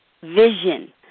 vision